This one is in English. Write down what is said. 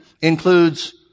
includes